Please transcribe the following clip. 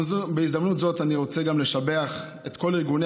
בהזדמנות זו אני רוצה גם לשבח את כל ארגוני